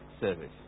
service